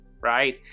right